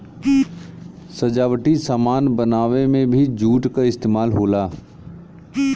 सजावटी सामान बनावे में भी जूट क इस्तेमाल होला